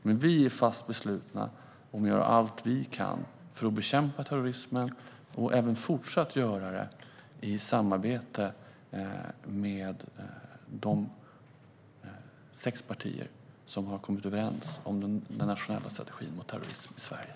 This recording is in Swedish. Men vi är fast beslutna att göra allt vi kan för att bekämpa terrorismen och även i fortsättningen göra det i samarbete med de sex partier som har kommit överens om den nationella strategin mot terrorism i Sverige.